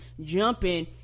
jumping